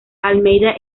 almeida